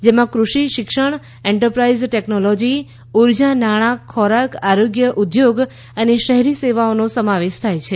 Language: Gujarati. જેમાં દૃષિ શિક્ષણ એન્ટરપ્રાઇઝ ટેકનોલોજી ઊર્જા નાણાં ખોરાક આરોગ્ય ઉદ્યોગ અને શહેરી સેવાઓનો સમાવેશ થાય છે